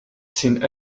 seen